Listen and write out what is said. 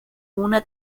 una